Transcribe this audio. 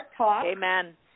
Amen